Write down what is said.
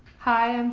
hi, and